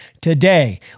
Today